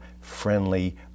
friendly